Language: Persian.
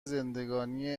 زندگانی